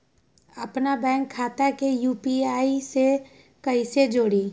अपना बैंक खाता के यू.पी.आई से कईसे जोड़ी?